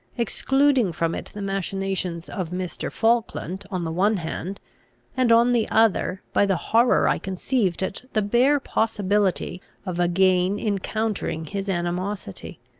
excluding from it the machinations of mr. falkland, on the one hand and on the other, by the horror i conceived at the bare possibility of again encountering his animosity,